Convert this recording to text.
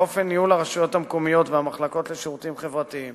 לאופן ניהול הרשויות המקומיות והמחלקות לשירותים חברתיים